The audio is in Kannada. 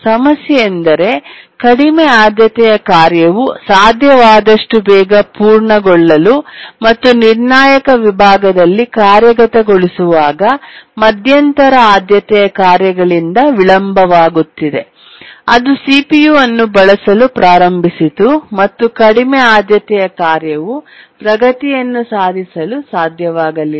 ಸಮಸ್ಯೆಯೆಂದರೆ ಕಡಿಮೆ ಆದ್ಯತೆಯ ಕಾರ್ಯವು ಸಾಧ್ಯವಾದಷ್ಟು ಬೇಗ ಪೂರ್ಣಗೊಳ್ಳಲು ಮತ್ತು ನಿರ್ಣಾಯಕ ವಿಭಾಗದಲ್ಲಿ ಕಾರ್ಯಗತಗೊಳಿಸುವಾಗ ಮಧ್ಯಂತರ ಆದ್ಯತೆಯ ಕಾರ್ಯಗಳಿಂದ ವಿಳಂಬವಾಗುತ್ತಿದೆ ಅದು ಸಿಪಿಯು ಅನ್ನು ಬಳಸಲು ಪ್ರಾರಂಭಿಸಿತು ಮತ್ತು ಕಡಿಮೆ ಆದ್ಯತೆಯ ಕಾರ್ಯವು ಪ್ರಗತಿಯನ್ನು ಸಾಧಿಸಲು ಸಾಧ್ಯವಾಗಲಿಲ್ಲ